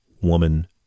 woman